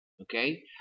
Okay